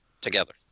together